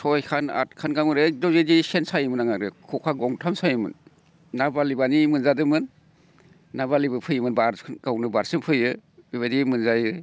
सयखान आठखान गाहाम ओरै एखदम बेबायदि सेन सायोमोन आं आरो खखा गंथाम सायोमोन ना बारलि बायदि मोनजादोंमोन ना बारलिबो फैयोमोन गावनो बारसोम फैयो बेबायदि मोनजायो